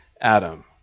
Adam